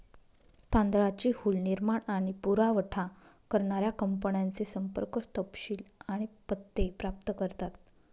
तांदळाची हुल निर्माण आणि पुरावठा करणाऱ्या कंपन्यांचे संपर्क तपशील आणि पत्ते प्राप्त करतात